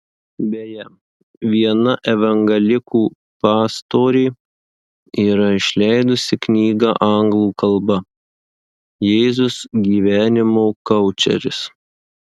beje viena evangelikų pastorė yra išleidusi knygą anglų kalba jėzus gyvenimo koučeris